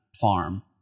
farm